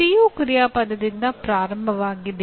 CO ಕ್ರಿಯಾಪದದಿಂದ ಪ್ರಾರಂಭವಾಗುತ್ತದೆಯೇ